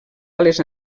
ales